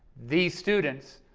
these students,